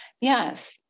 Yes